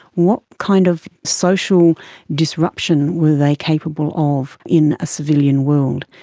what kind of social disruption where they capable of in a civilian world?